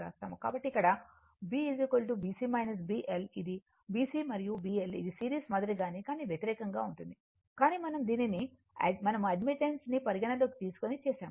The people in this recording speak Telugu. కాబట్టి ఇక్కడ B BC BL ఇది BC మరియు BL ఇది సిరీస్ మాదిరిగానే కానీ వ్యతిరేకంగా ఉంటుంది కానీ మనం దీనిని మనము అడ్మిటెన్స్ ని పరిగణనలోకి తీసుకొని చేసాము